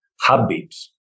habits